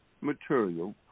material